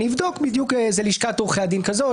אני אבדוק בדיוק אם זו לשכת עורכי דין כזאת,